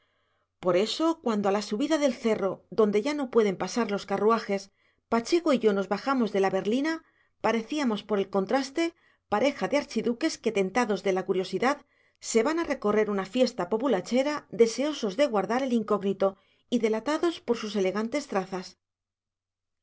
por eso cuando a la subida del cerro donde ya no pueden pasar los carruajes pacheco y yo nos bajamos de la berlina parecíamos por el contraste pareja de archiduques que tentados de la curiosidad se van a recorrer una fiesta populachera deseosos de guardar el incógnito y delatados por sus elegantes trazas